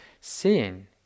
seeing